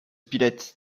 spilett